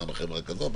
פעם חברה כזאת,